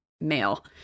male